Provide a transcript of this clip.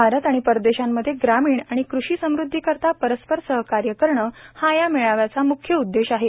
भारत आणि परदेशांमध्ये ग्रामीण आणि कृषी समृद्धीकरिता परस्पर सहकार्य करणं हे या मेळाव्याचं मुख्य उद्देश आहे